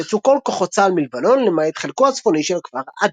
יצאו כל כוחות צה"ל מלבנון למעט חלקו הצפוני של הכפר ע'ג'ר.